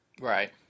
Right